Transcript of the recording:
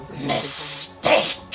MISTAKE